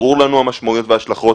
ברורות לנו המשמעויות וההשלכות